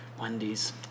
Wendy's